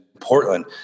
Portland